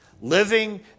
living